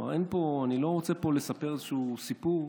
אני לא רוצה לספר איזשהו סיפור.